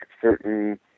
certain